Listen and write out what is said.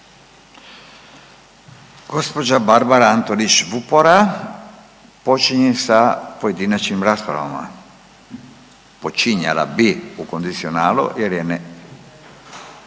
Gospođa Barbara Antolić Vupora počinje sa pojedinačnim raspravama. Počinjala bi u kondicionalu, jer je nema.